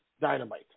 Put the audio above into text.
Dynamite